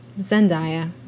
Zendaya